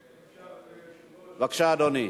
בבקשה, אדוני.